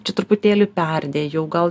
čia truputėlį perdėjau gal